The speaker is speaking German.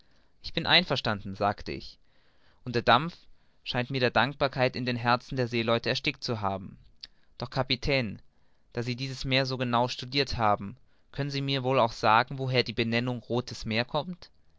ich bin einverstanden sagte ich und der dampf scheint mir die dankbarkeit in den herzen der seeleute erstickt zu haben doch kapitän da sie dieses meer so genau studirt haben können sie mir wohl auch sagen woher die benennung rothes meer kommt